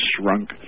shrunk